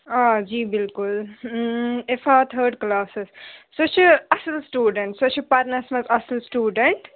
آ جی بِلکُل اِفات تھٲڈ کٕلاسَس سُہ چھِ اَصٕل سٕٹوٗڈنٛٹ سۄ چھِ پَرنَس منٛز اَصٕل سٕٹوٗڈنٛٹ